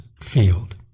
field